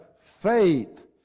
faith